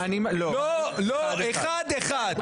לא, לא, אחד אחד.